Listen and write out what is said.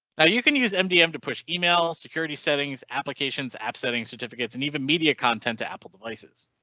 and you can use mdm to push email security settings applications app setting certificates and even media content to apple devices.